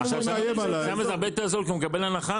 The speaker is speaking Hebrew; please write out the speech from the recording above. אנחנו מנהלים --- שמה הרבה יותר זול כי הוא מקבל הנחה,